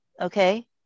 Okay